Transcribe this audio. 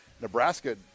nebraska